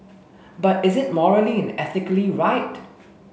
but is it morally and ethically right